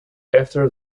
after